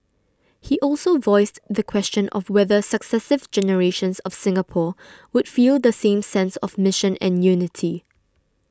he also voiced the question of whether successive generations of Singapore would feel the same sense of mission and unity